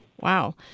Wow